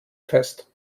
fest